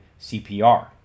CPR